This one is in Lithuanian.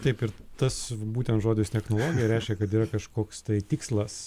taip ir tas būtent žodis technologija reiškia kad yra kažkoks tai tikslas